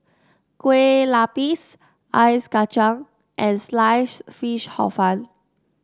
Kueh Lapis Ice Kacang and Sliced Fish Hor Fun